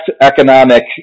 economic